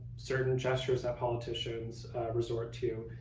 certain gestures that politicians resort to.